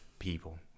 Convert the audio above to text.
People